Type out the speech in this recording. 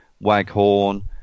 Waghorn